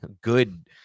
good